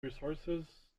resources